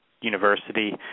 University